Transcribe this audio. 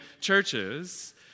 churches